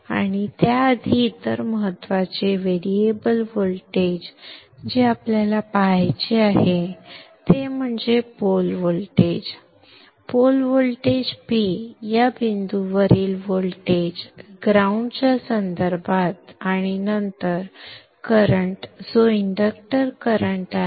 आणि त्याआधी इतर महत्त्वाचे व्हेरिएबल व्होल्टेज जे आपल्याला पाहायचे आहे ते म्हणजे pole voltage pole voltage P या बिंदूवरील व्होल्टेज ग्राउंड च्या संदर्भात आणि नंतर करंट जो इंडक्टर करंट आहे